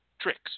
tricks